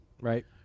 right